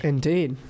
Indeed